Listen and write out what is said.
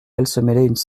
auxquels